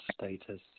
status